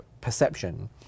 perception